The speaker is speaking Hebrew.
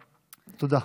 תודה.